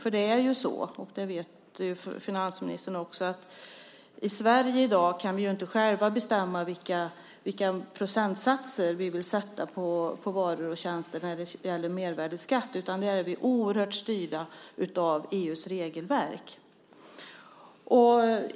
För det är ju så, och det vet finansministern också, att i Sverige kan vi i dag inte själva bestämma vilka procentsatser vi vill sätta på varor och tjänster när det gäller mervärdesskatt. Där är vi oerhört styrda av EU:s regelverk.